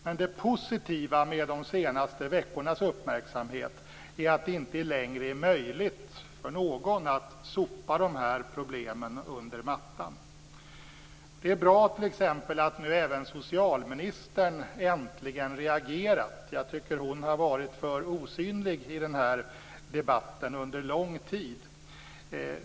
Men det positiva med de senaste veckornas uppmärksamhet är att det inte längre är möjligt för någon att sopa problemen under mattan. Det är t.ex. bra att nu även socialministern äntligen reagerar. Jag tycker att hon har varit för osynlig i debatten under lång tid.